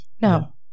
No